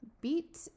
beat